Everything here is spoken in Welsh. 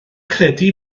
credu